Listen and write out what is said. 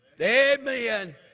Amen